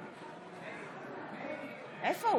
נגד עופר כסיף, בעד אופיר